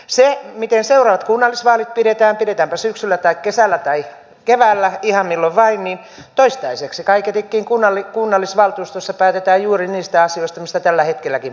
se miten seuraavat kunnallisvaalit pidetään pidetäänpä syksyllä tai kesällä tai keväällä ihan milloin vaan niin toistaiseksi kaiketikin kunnallisvaltuustossa päätetään juuri niistä asioista mistä tällä hetkelläkin päätetään